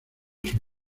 sus